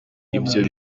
ibyo